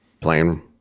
playing